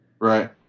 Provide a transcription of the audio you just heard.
Right